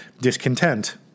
discontent